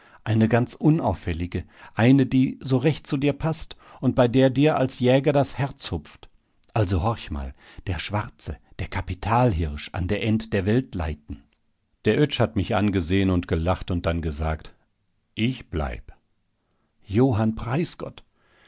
eine ganz unauffällige eine die so recht zu dir paßt und bei der dir als jäger das herz hupft also horch mal der schwarze der kapitalhirsch an der end der welt leiten der oetsch hat mich angesehen und gelacht und dann gesagt ich bleib johann